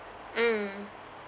mm